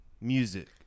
Music